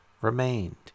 remained